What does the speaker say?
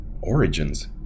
origins